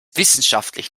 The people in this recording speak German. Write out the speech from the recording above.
wissenschaftlich